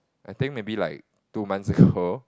I think maybe like two months ago